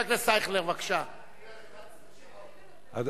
חבר הכנסת אייכלר,